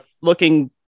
looking